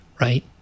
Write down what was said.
right